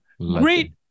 great